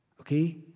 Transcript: Okay